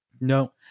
no